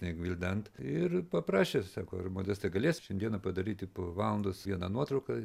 negvildent ir paprašė sako ar modestai galės šiandieną padaryti po valandos vieną nuotrauką